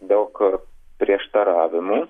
daug prieštaravimų